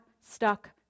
stuck